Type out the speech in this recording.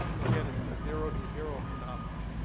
well, again, it's the zero to hero phenomenon.